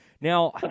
Now